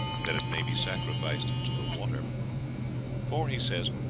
that it may be sacrificed to the water for he says,